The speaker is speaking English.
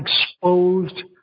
exposed